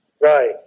Right